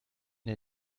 der